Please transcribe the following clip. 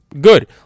good